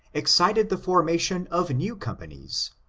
excited the forma tion of new companies,